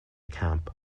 camp